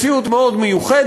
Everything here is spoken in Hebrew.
מציאות מאוד מיוחדת,